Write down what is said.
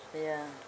ya